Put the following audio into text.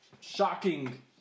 shocking